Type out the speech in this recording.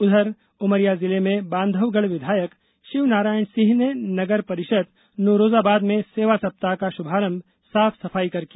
उधर उमरिया जिले मे बांधवगढ़ विधायक शिवनारायण सिंह ने नगरपरिषद नौरोजाबाद मे सेवा सप्ताह का शुभारंभ साफ सफाई कर किया